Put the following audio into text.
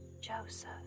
Joseph